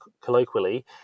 colloquially